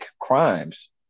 crimes